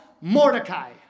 Mordecai